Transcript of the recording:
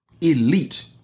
elite